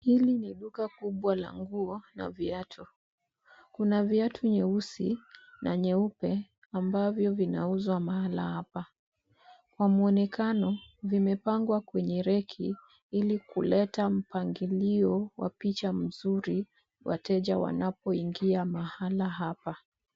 Hili ni duka kubwa la nguo na viatu. Kuna viatu nyeusi na nyeupe ambavyo vinauzwa mahala hapa. Kwa muonekano, vimepangwa kwenye reki ili kuleta mpangilio wa picha mzuri wateja wanapo ingia mahala hapa.